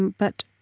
but,